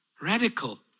Radical